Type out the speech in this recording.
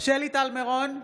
שלי טל מירון,